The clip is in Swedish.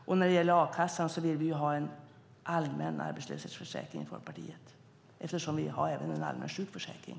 Och när det gäller a-kassan vill vi i Folkpartiet ha en allmän arbetslöshetsförsäkring eftersom vi har en allmän sjukförsäkring.